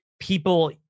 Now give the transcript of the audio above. people